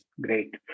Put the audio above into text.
great